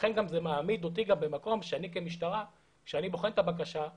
לכן זה מעמיד אותי במקום שאני כמשטרה, אם